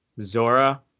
Zora